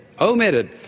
omitted